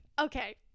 Okay